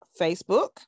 Facebook